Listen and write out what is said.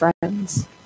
friends